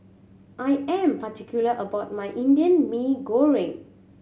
I am particular about my Indian Mee Goreng